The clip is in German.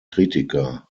kritiker